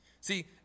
See